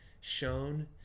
shown